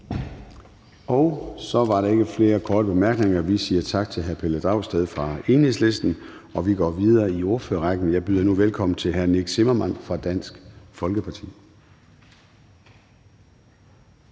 Så er der ikke flere korte bemærkninger. Vi siger tak til hr. Pelle Dragsted fra Enhedslisten og går videre i ordførerrækken. Jeg byder nu velkommen til hr. Nick Zimmermann fra Dansk Folkeparti.